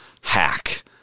hack